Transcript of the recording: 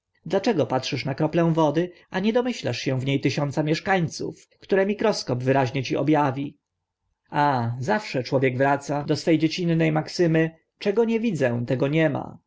dlaczego patrzysz na kroplę wody a nie domyślasz się w nie tysiąca mieszkańców które mikroskop wyraźnie ci ob awi a zawsze człowiek wraca do swo e dziecinne maksymy czego nie widzę tego nie